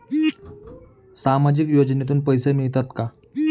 सामाजिक योजनेतून पैसे मिळतात का?